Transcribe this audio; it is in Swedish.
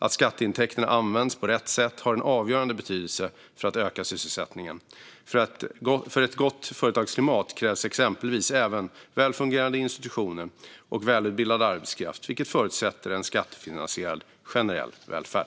Att skatteintäkterna används på rätt sätt har en avgörande betydelse för ökad sysselsättning. För ett gott företagsklimat krävs exempelvis även välfungerande institutioner och välutbildad arbetskraft, vilket förutsätter en skattefinansierad generell välfärd.